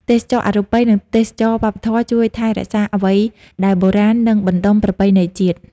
ទេសចរណ៍អរូបី និងទេសចរណ៍វប្បធម៌ជួយថែរក្សាអ្វីដែលបុរាណ និងបណ្ដុំប្រពៃណីជាតិ។